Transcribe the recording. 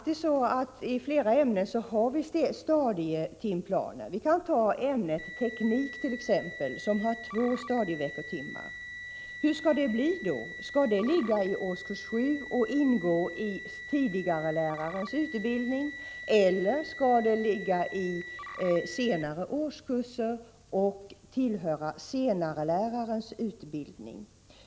I flera ämnen finns det faktiskt stadietimplaner, t.ex. i ämnet teknik, som har två stadieveckotimmar. Hur skall det då bli? Skall ämnet teknik ligga i årskurs 7 och ingå i tidigarelärarens utbildning, eller skall det ligga i senare årskurser och tillhöra senarelärarens utbildning?